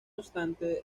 obstante